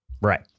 Right